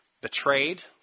betrayed